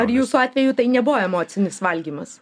ar jūsų atveju tai nebuvo emocinis valgymas